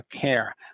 care